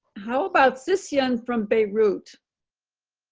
how about so this yeah one from beirut